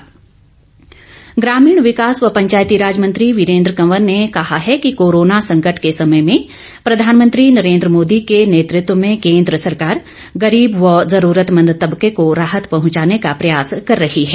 वीरेन्द्र कंवर ग्रामीण विकास व पंचायती राज मंत्री वीरेंद्र कंवर ने कहा है कि कोरोना संकट के समय में प्रधानमंत्री नरेंद्र मोदी के नेतत्व में केंद्र सरकार गरीब व जरूरतमंद तबके को राहत पहंचाने का प्रयास कर रही है